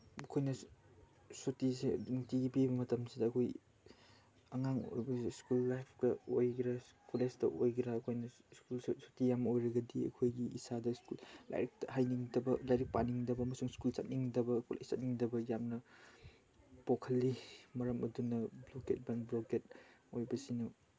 ꯑꯩꯈꯣꯏꯅ ꯁꯨꯇꯤꯁꯦ ꯅꯨꯡꯇꯤꯒꯤ ꯄꯤꯕ ꯃꯇꯝꯁꯤꯗ ꯑꯩꯈꯣꯏ ꯑꯉꯥꯡ ꯑꯣꯏꯕ ꯁ꯭ꯀꯨꯜ ꯂꯥꯏꯞꯀ ꯑꯣꯏꯒꯦꯔꯥ ꯀꯣꯂꯦꯖꯇ ꯑꯣꯏꯒꯦꯔꯥ ꯑꯩꯈꯣꯏꯅ ꯁ꯭ꯀꯨꯜꯁꯤ ꯁꯨꯇꯤ ꯌꯥꯝ ꯑꯣꯏꯔꯒꯗꯤ ꯑꯩꯈꯣꯏꯒꯤ ꯏꯁꯥꯗ ꯂꯥꯏꯔꯤꯛ ꯍꯩꯅꯤꯡꯗꯕ ꯂꯥꯏꯔꯤꯛ ꯄꯥꯅꯤꯡꯗꯕ ꯑꯃꯁꯨꯡ ꯁ꯭ꯀꯨꯜ ꯆꯠꯅꯤꯡꯗꯕ ꯀꯣꯂꯦꯖ ꯆꯠꯅꯤꯡꯗꯕ ꯌꯥꯝꯅ ꯄꯣꯛꯍꯜꯂꯤ ꯃꯔꯝ ꯑꯗꯨꯅ ꯕꯟ ꯕ꯭ꯂꯣꯀꯦꯠ ꯑꯣꯏꯕꯁꯤꯅ